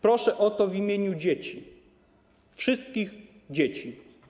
Proszę o to w imieniu dzieci, wszystkich dzieci.